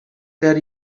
that